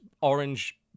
orange